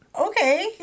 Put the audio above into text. Okay